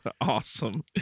Awesome